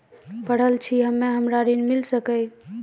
पढल छी हम्मे हमरा ऋण मिल सकई?